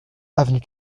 avenue